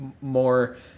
more